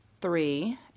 three